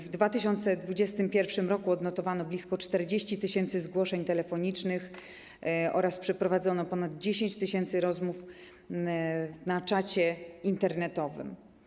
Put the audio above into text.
W 2021 r. odnotowano blisko 40 tys. zgłoszeń telefonicznych oraz przeprowadzono ponad 10 tys. rozmów na czacie internetowym.